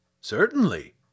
Certainly